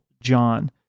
John